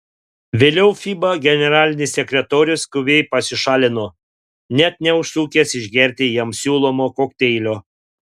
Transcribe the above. vėliau fiba generalinis sekretorius skubiai pasišalino net neužsukęs išgerti jam siūlomo kokteilio